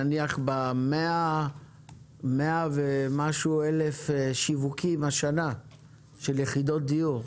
נניח ב-100,000 ומשהו שווקים השנה של יחידות דיור,